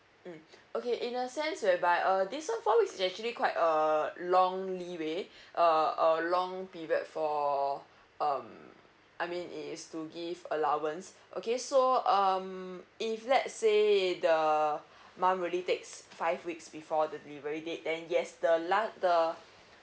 mm okay in a sense whereby err this one four weeks is actually quite a long leeway uh a long period for um I mean it is to give allowance okay so um if let's say the mum really takes five weeks before the delivery date then yes the la~ the